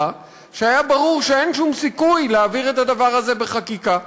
שהיה ברור שאין שום סיכוי להעביר את הדבר הזה בחקיקה.